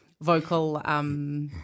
vocal